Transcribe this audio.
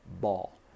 ball